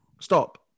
Stop